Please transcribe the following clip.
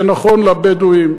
זה נכון לבדואים,